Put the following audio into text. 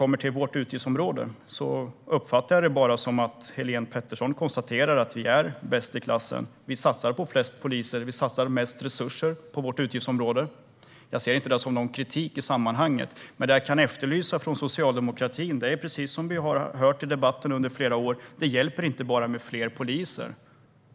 Beträffande vårt utgiftsområde uppfattar jag det som att Helene Petersson konstaterar att vi är bäst i klassen. Vi satsar på flest poliser. Vi satsar mest resurser på vårt utgiftsområde. Jag ser inte detta som någon kritik i sammanhanget. Under flera år har vi i debatten hört från socialdemokratin att det inte hjälper med enbart fler poliser.